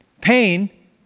pain